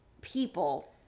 people